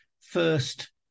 first